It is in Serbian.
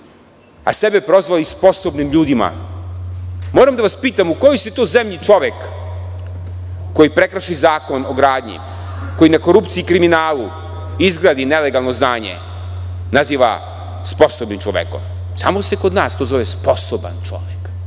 a sebe prozvali sposobnim ljudima, moram da vas pitam u kojoj se to zemlji čovek koji prekrši zakon o gradnji, koji na korupciji i kriminalu izgradi nelegalno zdanje, naziva sposobnim čovekom? Samo se kod nas to zove sposoban čovek.